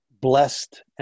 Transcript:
blessed